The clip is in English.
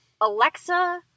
Alexa